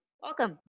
welcome